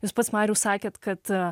jūs pats mariau sakėt kad